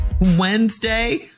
Wednesday